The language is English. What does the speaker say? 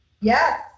Yes